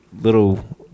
Little